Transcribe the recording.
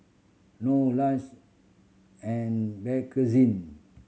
Norr Lush and Bakerzin